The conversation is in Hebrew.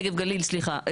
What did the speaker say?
נגב גליל סליחה.